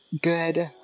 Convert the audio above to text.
good